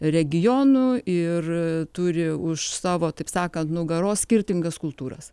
regionų ir turi už savo taip sakant nugaros skirtingas kultūras